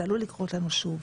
זה עלול לקרות לנו שוב.